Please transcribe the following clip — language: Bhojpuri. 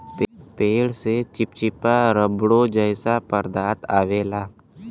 पेड़ से चिप्चिपा रबड़ो जइसा पदार्थ अवेला